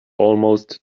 almost